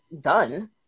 done